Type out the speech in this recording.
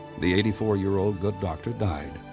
the eighty four year old good doctor died,